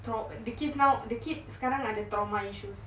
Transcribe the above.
trau~ the kids now the kids ada sekarang trauma issues